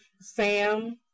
Sam